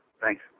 Thanks